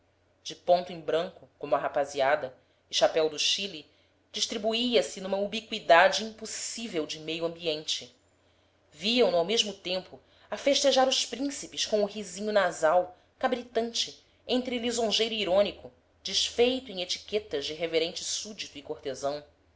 de ponto em branco como a rapaziada e chapéu do chile distribuía se numa ubiqüidade impossível de meio ambiente viam-no ao mesmo tempo a festejar os príncipes com o risinho nasal cabritante entre lisonjeiro e irônico desfeito em etiquetas de reverente súdito e cortesão